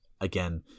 again